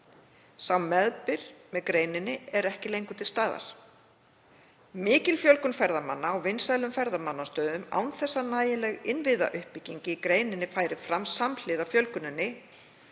Sá meðbyr með greininni er ekki lengur til staðar. Mikil fjölgun ferðamanna á vinsælum ferðamannastöðum, án þess að nægjanleg innviðauppbygging í greininni færi fram samhliða fjölguninni,